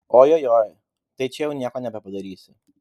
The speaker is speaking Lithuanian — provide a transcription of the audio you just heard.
ojojoi tai čia jau nieko nebepadarysi